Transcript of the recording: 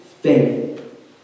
faith